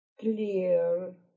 clear